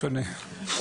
במה זה שונה ממי האבא?